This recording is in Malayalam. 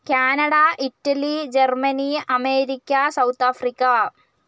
Canada Italy Germany America South Africa